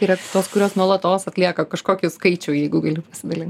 yra tos kurios nuolatos atlieka kažkokį skaičių jeigu gali pasidalint